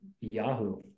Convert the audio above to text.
yahoo